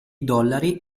dollari